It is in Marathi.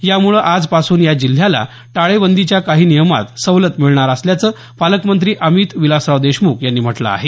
यामुळे आजपासून या जिल्ह्याला टाळेबंदीच्या काही नियमात सवलत मिळणार असल्याचं पालकमंत्री अमित विलासराव देशमुख यांनी म्हटलं आहे